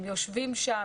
הם יושבים שם,